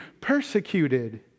persecuted